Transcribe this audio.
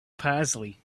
parsley